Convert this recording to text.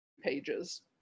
pages